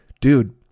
dude